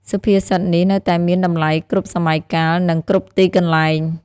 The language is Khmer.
សុភាសិតនេះនៅតែមានតម្លៃគ្រប់សម័យកាល និងគ្រប់ទីកន្លែង។